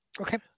Okay